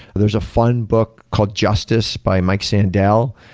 there's a fun book called justice by mike sandel.